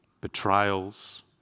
betrayals